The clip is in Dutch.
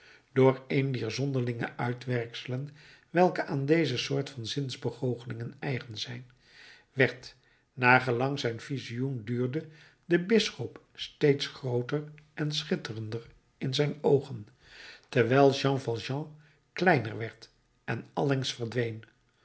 door een dier zonderlinge uitwerkselen welke aan deze soort van zinsbegoochelingen eigen zijn werd naar gelang zijn visioen duurde de bisschop steeds grooter en schitterender in zijn oogen terwijl jean valjean kleiner werd en allengskens verdween